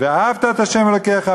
"ואהבת את ה' אלוקיך,